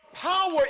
Power